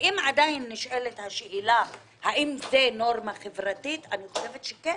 ואם עדיין נשאלת השאלה האם זו נורמה חברתית אז אני חושבת שכן,